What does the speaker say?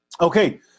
Okay